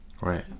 Right